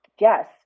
Yes